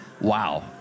wow